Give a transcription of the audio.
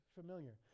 familiar